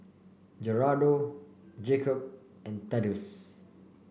Gerardo Jakob and Thaddeus